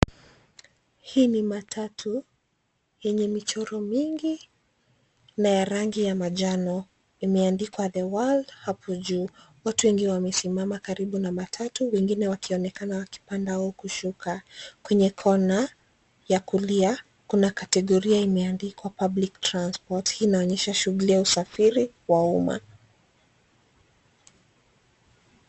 Hii ni matatu yenye michoro mingi na ya rangi ya manjano imeandikwa the world hapo juu. Watu wengi wamesimama karibu na matatu wengine wakionekana kupanda au kushuka. Kwenye kona ya kulia, kuna kategoria imeandikwa public transport hii inaonyesha shughuli ya usafiri wa umma.